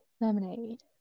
Lemonade